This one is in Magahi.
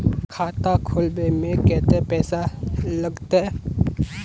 खाता खोलबे में कते पैसा लगते?